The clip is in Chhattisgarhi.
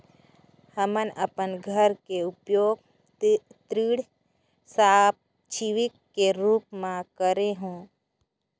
हमन अपन घर के उपयोग ऋण संपार्श्विक के रूप म करे हों